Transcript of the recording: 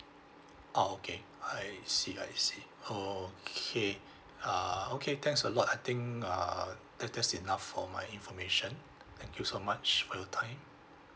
oh okay I see I see okay uh okay thanks a lot I think err that that's enough for my information thank you so much for your time